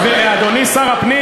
אדוני השר,